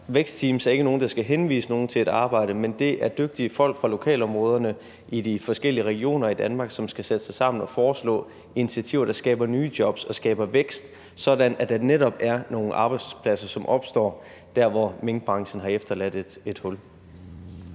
Vækstteams er ikke nogen, der skal henvise nogen til et arbejde, men det er dygtige folk fra lokalområderne i de forskellige regioner i Danmark, som skal sætte sig sammen og foreslå initiativer, der skaber nye jobs, der skaber vækst, sådan at der netop er nogle arbejdspladser, som opstår dér, hvor minkbranchen har efterladt et hul.